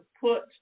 put